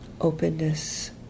openness